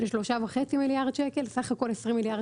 של 3 וחצי מיליארד ש"ח; סך הכל 20 מיליארד